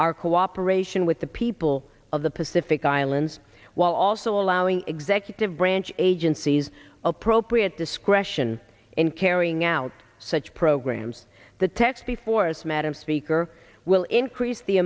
our cooperation with the people of the pacific islands while also allowing executive branch agencies appropriate discretion in carrying out such programs the text the force madam speaker will increase the